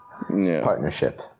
partnership